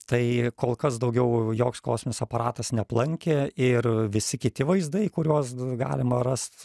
tai kol kas daugiau joks kosminis aparatas neaplankė ir visi kiti vaizdai kuriuos galima rast